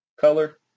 Color